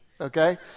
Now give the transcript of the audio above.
Okay